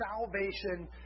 salvation